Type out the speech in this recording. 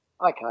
Okay